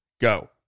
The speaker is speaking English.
Go